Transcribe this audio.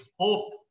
hope